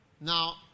Now